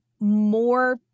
more